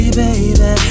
baby